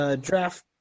draft